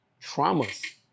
traumas